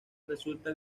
resulta